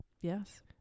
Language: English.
yes